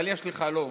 אבל יש לי חלום